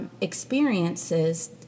Experiences